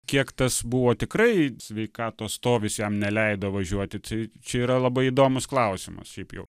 kiek tas buvo tikrai sveikatos stovis jam neleido važiuoti tai čia yra labai įdomus klausimas šiaip jau